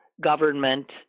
government